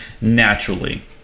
naturally